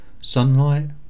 Sunlight